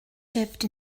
shift